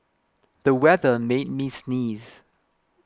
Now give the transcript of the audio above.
the weather made me sneeze